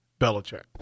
Belichick